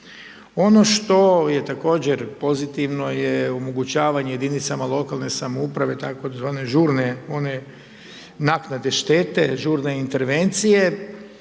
Ono što je također pozitivno je omogućavanje jedinicama lokalne samouprave tzv. žurne one naknade štete, žurne intervencije